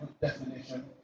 definition